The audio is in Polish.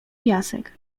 piasek